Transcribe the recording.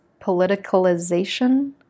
politicalization